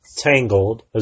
Tangled